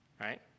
Right